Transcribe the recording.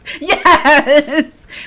Yes